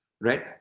Right